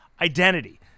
identity